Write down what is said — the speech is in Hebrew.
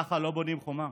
ככה לא בונים חומה.